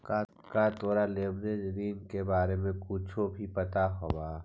का तोरा लिवरेज ऋण के बारे में कुछो भी पता हवऽ?